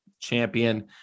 champion